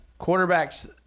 Quarterbacks